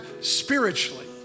spiritually